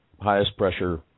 highest-pressure